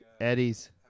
Eddie's